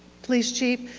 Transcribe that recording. police chief,